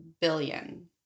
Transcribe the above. billion